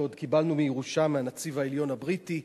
שעוד קיבלנו בירושה מהנציב העליון הבריטי,